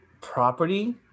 property